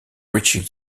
reaching